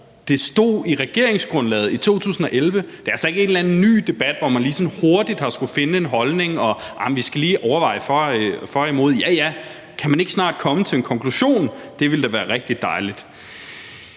Det stod i regeringsgrundlaget i 2011. Det er altså ikke en eller anden ny debat, hvor man lige sådan hurtigt har skullet finde en holdning og lige overveje for og imod. Kan man ikke snart komme til en konklusion? Det ville da være rigtig dejligt.